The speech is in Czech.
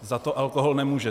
Za to alkohol nemůže.